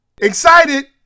Excited